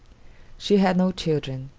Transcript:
she had no children.